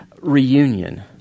reunion